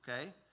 okay